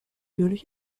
natürlich